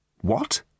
What